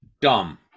Dumb